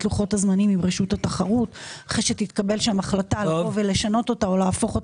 לוחות הזמנים עם רשות התחרות אחרי שתתקבל שם החלטה לבוא ולשנות או להפוך.